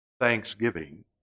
Thanksgiving